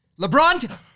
LeBron